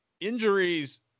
injuries